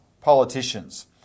politicians